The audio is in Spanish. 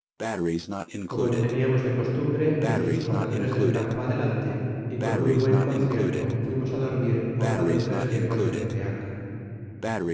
como lo teniamos de costumbre nuestros corredores del campo adelante y con muy buen concierto fuimos á dormir obra de tres leguas de tepeaca